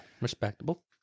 respectable